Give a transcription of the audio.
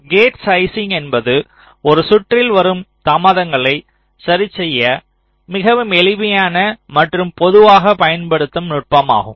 gate sizing என்பது ஒரு சுற்றில் வரும் தாமதங்களை சரிசெய்ய மிகவும் எளிமையான மற்றும் பொதுவாக பயன்படுத்தப்படும் நுட்பமாகும்